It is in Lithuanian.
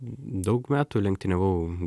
daug metų lenktyniavau